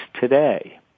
today